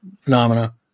phenomena